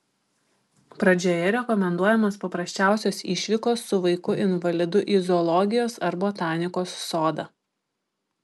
pradžioje rekomenduojamos paprasčiausios išvykos su vaiku invalidu į zoologijos ar botanikos sodą